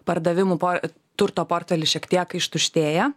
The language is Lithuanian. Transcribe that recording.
pardavimų po turto portfelis šiek tiek ištuštėja